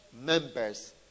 members